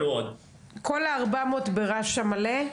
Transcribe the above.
כל ה-400 ברש"א מלא?